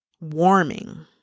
warming